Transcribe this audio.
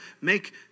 make